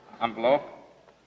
envelope